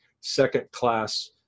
second-class